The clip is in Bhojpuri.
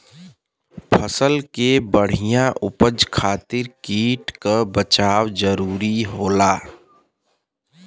फसल के बढ़िया उपज खातिर कीट क बचाव बहुते जरूरी होला